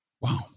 Wow